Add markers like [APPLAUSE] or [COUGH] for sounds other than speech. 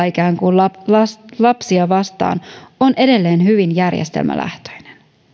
[UNINTELLIGIBLE] ikään kuin tapamme tulla lapsia vastaan [UNINTELLIGIBLE] on edelleen hyvin järjestelmälähtöinen